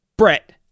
Brett